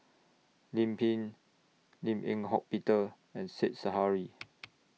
Lim Pin Lim Eng Hock Peter and Said Zahari